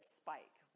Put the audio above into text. spike